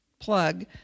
plug